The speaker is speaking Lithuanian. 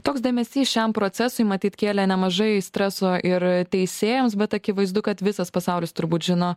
toks dėmesys šiam procesui matyt kėlė nemažai streso ir teisėjams bet akivaizdu kad visas pasaulis turbūt žino